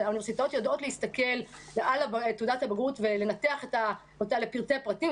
האוניברסיטאות יודעות להסתכל על תעודת הבגרות ולנתח אותה לפרטי פרטים,